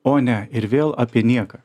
o ne ir vėl apie nieką